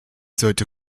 sollte